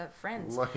friends